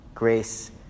Grace